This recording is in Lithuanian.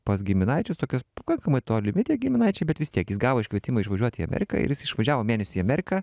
pas giminaičius tokius pakankamai tolimi tie giminaičiai bet vis tiek jis gavo iškvietimą išvažiuot į ameriką ir jis išvažiavo mėnesiui į ameriką